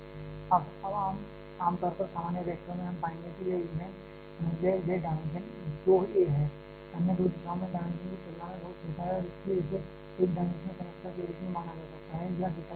अब अब आम तौर पर सामान्य रिएक्टरों में हम पाएंगे कि यह डायमेंशन दो a है अन्य दो दिशाओं में डायमेंशन की तुलना में बहुत छोटा है और इसलिए इसे एक डायमेंशनल समस्या के रूप में माना जा सकता है या देखा जा सकता है